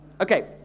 Okay